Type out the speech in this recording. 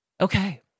okay